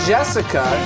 Jessica